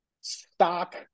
stock